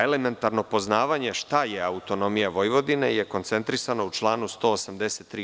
Elementarno poznavanje šta je autonomija Vojvodine je koncentrisano u članu 183.